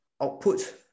output